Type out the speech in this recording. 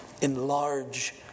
enlarge